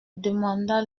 demanda